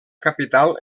capital